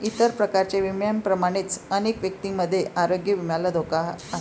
इतर प्रकारच्या विम्यांप्रमाणेच अनेक व्यक्तींमध्ये आरोग्य विम्याला धोका आहे